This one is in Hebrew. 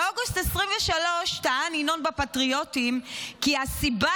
באוגוסט 2023 טען ינון ב"פטריוטים" כי הסיבה